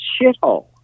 shithole